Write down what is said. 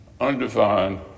undefined